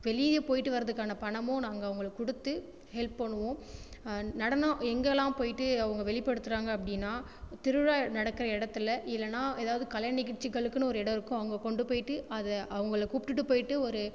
வெளியே போயிட்டு வரதுக்கான பணமோ நாங்கள் அவங்களுக்கு கொடுத்து ஹெல்ப் பண்ணுவோம் நடனம் எங்கள் எல்லாம் போயிட்டு அவங்க வெளிப்படுத்துறாங்க அப்படின்னா திருவிழா நடக்கிற இடத்துல இல்லைன்னா ஏதாவது கலை நிகழ்ச்சிகளுக்குன்னு ஒரு இடம் இருக்கும் அங்கே கொண்டு போயிட்டு அதை அவங்களை கூப்பிட்டுட்டு போயிட்டு ஒரு